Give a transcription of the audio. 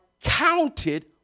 counted